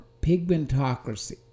pigmentocracy